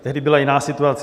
Tehdy byla jiná situace.